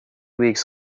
weeks